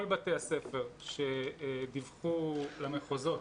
כל בתי הספר שדיווחו למחוזות,